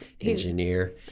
engineer